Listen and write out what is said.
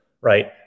right